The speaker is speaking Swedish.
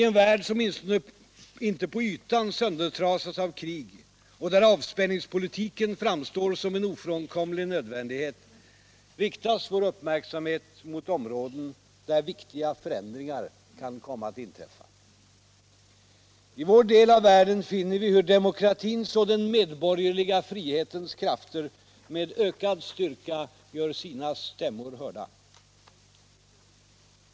I en värld som åtminstone inte på ytan söndertrasas av krig och där avspänningspolitiken framstår som en ofrånkomlig nödvändighet riktas vår uppmärksamhet mot områden där viktiga förändringar kan komma att inträffa. I vår del av världen finner vi hur demokratins och den medborgerliga frihetens krafter med ökad styrka gör sina stämmor hörda.